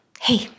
Hey